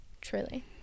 Truly